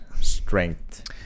strength